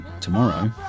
tomorrow